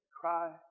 cry